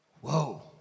whoa